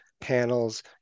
panels